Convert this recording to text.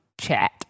chat